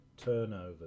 turnover